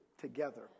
together